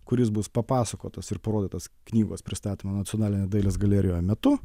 kuris bus papasakotas ir parodytas knygos pristatymo nacionalinėje dailės galerijoje metu